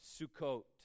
Sukkot